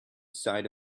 side